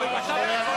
לא, לא.